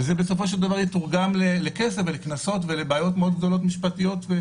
וזה יתורגם לכסף ולקנסות ולבעיות משפטיות מאוד